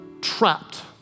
trapped